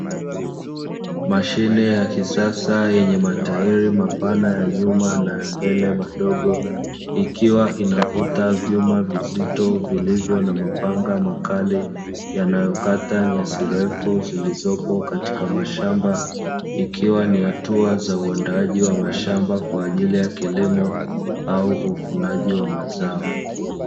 Mashine ya kisasa yenye matairi mapana ya nyuma na mbele madogo, ikiwa inavuta vyuma vizito vilivyo na mapanga makali yanayokata nyasi refu zilizopo katika mashamba ikiwa ni hatua za uandaaji wa mashamba, kwa ajili ya kilimo au uvunaji wa mazao.